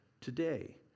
today